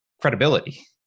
credibility